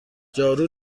جارو